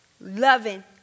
loving